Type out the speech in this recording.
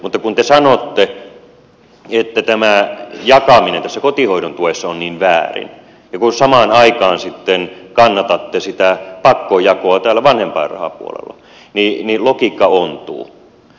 mutta kun te sanotte että tämä jakaminen tässä kotihoidon tuessa on niin väärin ja kun samaan aikaan sitten kannatatte sitä pakkojakoa täällä vanhempainrahapuolella niin logiikka ontuu